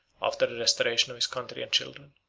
after the restoration of his country and children,